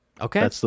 Okay